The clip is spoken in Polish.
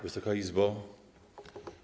Wysoka Izbo!